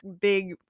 big